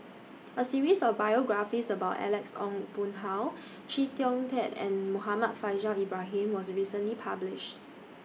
A series of biographies about Alex Ong Boon Hau Chee Kong Tet and Muhammad Faishal Ibrahim was recently published